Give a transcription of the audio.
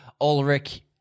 Ulrich